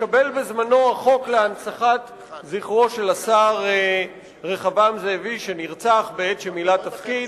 התקבל בזמנו החוק להנצחת זכרו של השר רחבעם זאבי שנרצח בעת שמילא תפקיד,